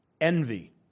Envy